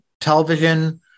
television